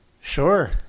Sure